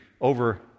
over